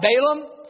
Balaam